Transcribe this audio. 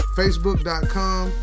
facebook.com